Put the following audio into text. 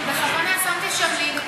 אני בכוונה שמתי שם לינק,